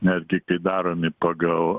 netgi kai daromi pagal